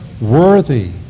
worthy